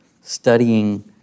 studying